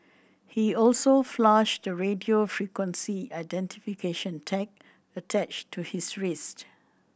he also flushed the radio frequency identification tag attached to his wrist